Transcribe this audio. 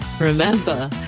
remember